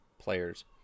players